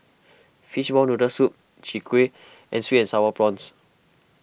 Fishball Noodle Soup Chwee Kueh and Sweet and Sour Prawns